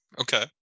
Okay